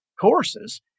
courses